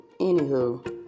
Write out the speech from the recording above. Anywho